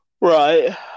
Right